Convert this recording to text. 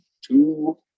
two